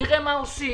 נראה מה עושים,